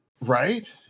right